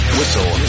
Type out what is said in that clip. Whistle